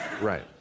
Right